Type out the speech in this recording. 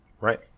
Right